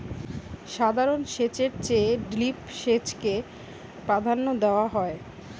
সাধারণ সেচের চেয়ে ড্রিপ সেচকে প্রাধান্য দেওয়া হয়